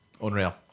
unreal